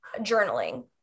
journaling